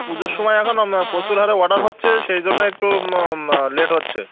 পুজোর সময় এখন প্র চুর হারে অর্ডার হচ্ছে সেই জন্যে একটু লেট হচ্ছে